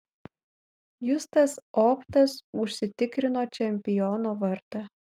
justas optas užsitikrino čempiono vardą